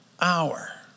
hour